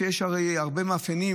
הרי יש הרבה מאפיינים,